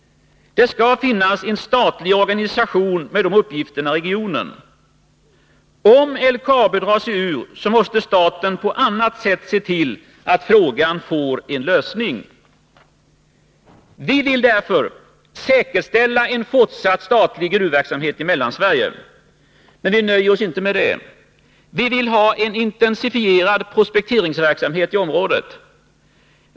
Det skall finnas en statlig organisation med de uppgifterna i regionen. Om LKAB drar sig ur, måste staten på annat sätt se till att den frågan får sin lösning. Vi vill därför säkerställa en fortsatt statlig gruvverksamhet i Mellansverige. Men vi nöjer oss inte med det. Vi vill ha en intensifierad prospekteringsverksamhet i området.